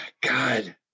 God